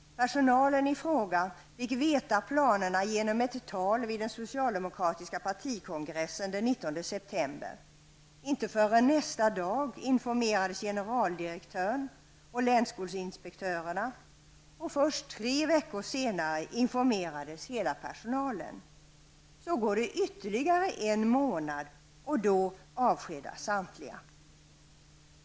Personalen i fråga fick vetskap om planerna genom ett tal vid den socialdemokratiska partikongressen den 19 september. Generaldirektören och länsskolinspektörerna informerades inte förrän nästa dag. Först tre veckor senare informerades hela personalen. Ytterligare en månad senare avskedas samtliga.